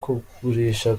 kugurisha